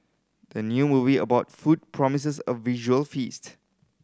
the new movie about food promises a visual feast